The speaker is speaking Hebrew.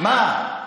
מה הוא אמר?